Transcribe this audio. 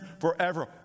forever